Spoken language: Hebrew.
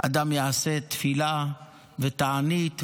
אדם יעשה תפילה ותענית וצדקה,